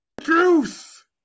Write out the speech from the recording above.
truth